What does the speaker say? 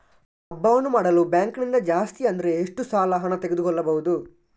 ಹಬ್ಬವನ್ನು ಮಾಡಲು ಬ್ಯಾಂಕ್ ನಿಂದ ಜಾಸ್ತಿ ಅಂದ್ರೆ ಎಷ್ಟು ಸಾಲ ಹಣ ತೆಗೆದುಕೊಳ್ಳಬಹುದು?